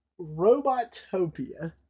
Robotopia